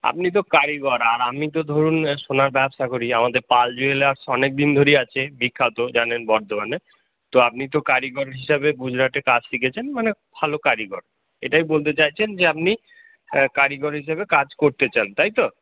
আপনি তো কারিগর আর আমি তো ধরুন সোনার ব্যবসা করি আমাদের পাল জুয়েলার্স অনেকদিন ধরেই আছে বিখ্যাত জানেন বর্ধমানে তো আপনি তো কারিগর হিসেবে গুজরাটে কাজ শিখেছেন মানে ভালো কারিগর এটাই বলতে চাইছেন যে আপনি কারিগর হিসেবে কাজ করতে চান তাই তো